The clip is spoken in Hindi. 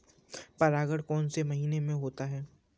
परागण कौन से महीने में होता है?